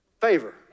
Favor